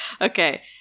Okay